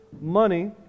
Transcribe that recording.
Money